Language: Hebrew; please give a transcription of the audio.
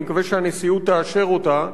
אני מקווה שהנשיאות תאשר אותה,